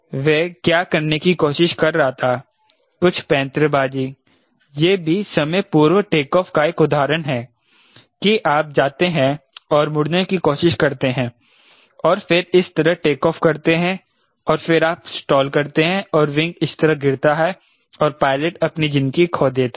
वह क्या करने की कोशिश कर रहा था कुछ पैंतरेबाज़ी यह भी समयपूर्व टेकऑफ़ का एक उदाहरण है की आप जाते हैं और मुड़ने की कोशिश करते हैं और फिर इस तरह टेकऑफ करते हैं और फिर आप स्टॉल करते हैं और विंग इस तरह गिरता है और पायलट अपनी जिंदगी खो देता है